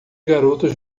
garotos